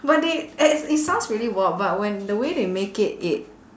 but they and it sounds really warped but when the way they make it it